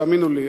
תאמינו לי.